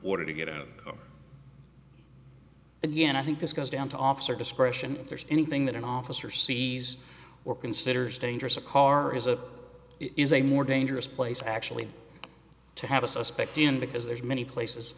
order to get out in the end i think this comes down to officer discretion if there's anything that an officer sees or considers dangerous a car is a is a more dangerous place actually to have a suspect in because there's many places